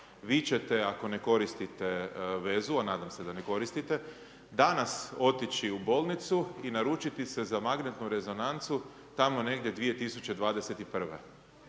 vi ćete ako ne koristite vezu a nadam se ne koristite, danas otići u bolnicu i naručiti se za MR tamo negdje 2021.